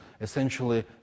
essentially